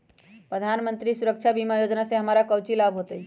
प्रधानमंत्री सुरक्षा बीमा योजना से हमरा कौचि लाभ होतय?